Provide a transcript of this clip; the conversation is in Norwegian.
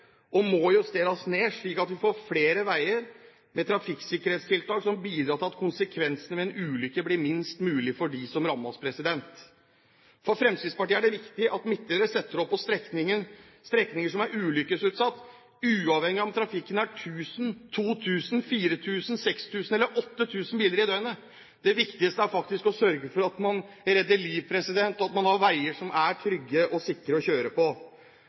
og må justeres ned, slik at vi får flere veier med trafikksikkerhetstiltak som bidrar til at konsekvensen ved en ulykke blir minst mulig for dem som rammes. For Fremskrittspartiet er det viktig at midtdelere settes opp på strekninger som er ulykkesutsatt, uavhengig av om trafikken er 2 000, 4 000, 6 000 eller 8 000 biler i døgnet. Det viktigste er faktisk å sørge for at man redder liv, og at man har veier som er trygge og sikre å kjøre på.